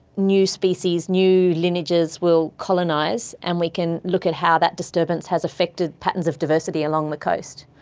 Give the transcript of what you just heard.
new species, new lineages will colonise and we can look at how that disturbance has affected patterns of diversity along the coast.